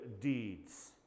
deeds